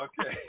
Okay